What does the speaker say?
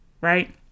Right